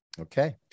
Okay